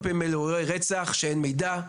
הרבה פעמים אלה אירועי רצח שאין עליהם מידע,